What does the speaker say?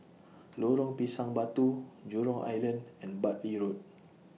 Lorong Pisang Batu Jurong Island and Bartley Road